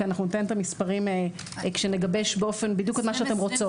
אנחנו ניתן את המספרים כשנגבש בדיוק את מה שאתן רוצות.